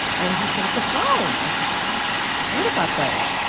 and he said, it's a phone. i said, um i've heard about those.